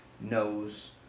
knows